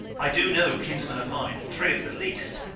i do know kinsmen of mine, three at the least,